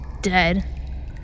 dead